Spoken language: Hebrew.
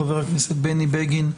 לחבר הכנסת בני בגין,